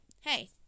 Hey